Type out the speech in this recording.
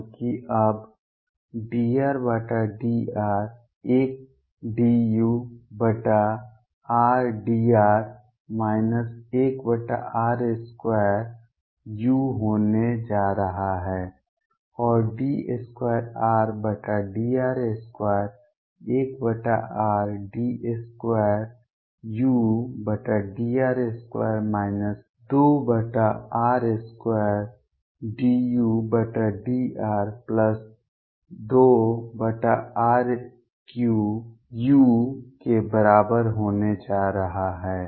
क्योंकि अब dRdr 1rdudr 1r2u होने जा रहा है और d2Rdr2 1r d2udr2 2r2dudr2r3u के बराबर होने जा रहा है